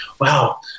wow